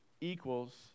equals